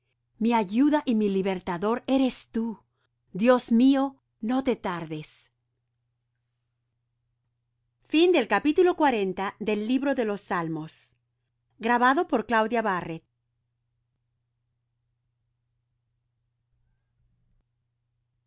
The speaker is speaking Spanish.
mi ayuda y mi libertador eres tú dios mío no te tardes